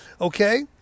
Okay